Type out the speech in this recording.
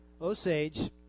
Osage